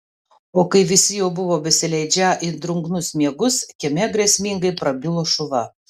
o kai visi jau buvo besileidžią į drungnus miegus kieme grėsmingai prabilo šuva